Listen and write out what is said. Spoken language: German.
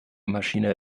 maschine